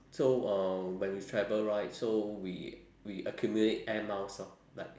so uh when we travel right so we we accumulate air miles lor like